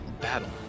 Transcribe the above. Battle